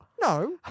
No